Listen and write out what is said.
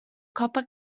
copper